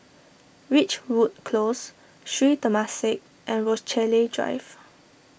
Ridgewood Close Sri Temasek and Rochalie Drive